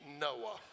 Noah